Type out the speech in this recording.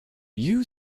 you